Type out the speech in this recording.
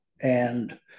and-